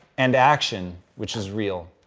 and action which is real.